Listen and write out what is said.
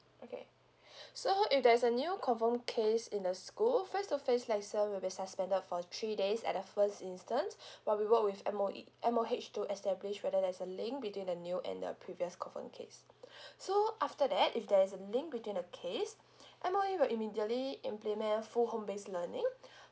okay so if there's a new confirmed case in the school face to face lesson will be suspended for three days at the first instance while we work with M_O_E M_O_H to establish whether there's a link between the new and the previous confirmed case so after that if there is a link between the case M_O_E will immediately implement full home based learning